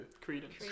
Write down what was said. credence